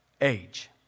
age